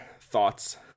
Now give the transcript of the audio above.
thoughts